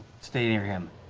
stay near him.